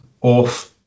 off